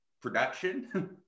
production